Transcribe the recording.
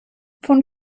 von